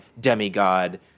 demigod